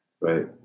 Right